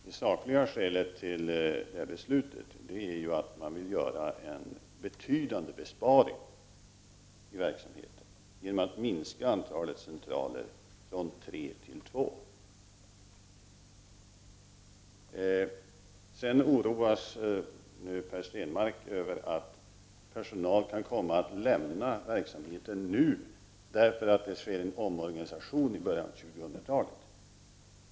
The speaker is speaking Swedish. Herr talman! Det sakliga skälet till detta beslut är att man vill göra en betydande besparing i verksamheten genom att minska antalet centraler från tre till två. Per Stenmarck oroas över att personal kan komma att lämna verksamheten nu eftersom det kommer att ske en omorganisation i början av 2000-talet.